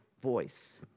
voice